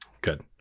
Good